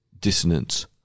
dissonance